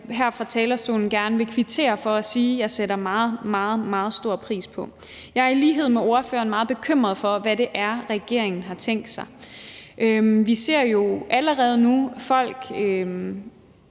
her fra talerstolen gerne vil kvittere for og sige at jeg sætter meget, meget stor pris på. Jeg er i lighed med ordføreren meget bekymret for, hvad det er, regeringen har tænkt sig. Vi ser jo allerede nu folk,